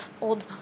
old